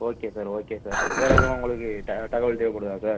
okay sir okay sir வேறு எதுவும் உங்களுக்கு தக தகவல் தேவைப்படுதா சார்